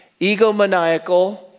egomaniacal